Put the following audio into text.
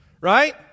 right